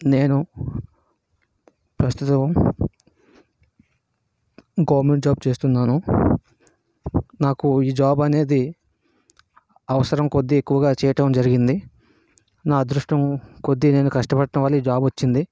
నేను ప్రస్తుతం government job చేస్తున్నాను నాకు ఈ జాబ్ అనేది అవసరం కొద్ది ఎక్కువగా చేయటం జరిగింది నా అదృష్టం కొద్ది నేను కష్టపడడం వల్ల ఈ జాబ్ వచ్చింది